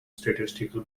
statistical